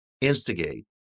instigate